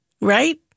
right